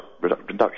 reduction